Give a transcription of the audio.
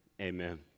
amen